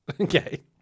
Okay